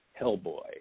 Hellboy